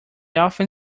often